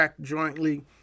jointly